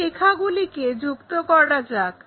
এই রেখাগুলিকে যুক্ত করা যাক